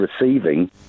receiving